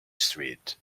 street